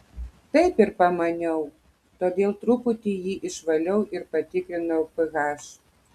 taip ir pamaniau todėl truputį jį išvaliau ir patikrinau ph